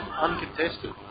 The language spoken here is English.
uncontested